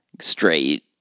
straight